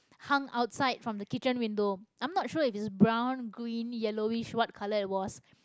hang outside from the kitchen window I'm not sure it is brown green yellowish what colour it was